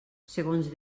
segons